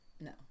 No